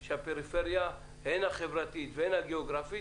שהפריפריה, הן החברתית והן הגיאוגרפית,